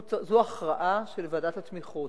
זו הכרעה של ועדת התמיכות.